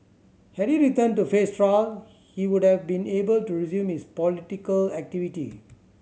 had he returned to face trial he would have been able to resume his political activity